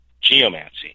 geomancy